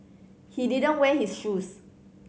he didn't wear his shoes